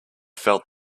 felt